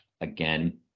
again